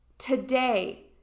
Today